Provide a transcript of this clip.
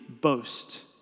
boast